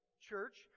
church